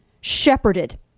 shepherded